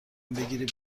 بگیری